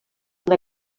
una